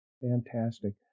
Fantastic